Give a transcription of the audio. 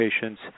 patients